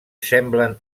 semblen